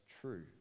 true